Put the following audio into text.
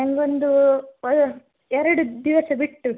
ನನಗೊಂದು ಎರಡು ದಿವಸ ಬಿಟ್ಟು